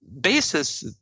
basis